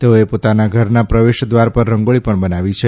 તેઓએ પોતાના ઘરના પ્રવેશ ધ્વાર પર રંગોળી પણ બનાવી છે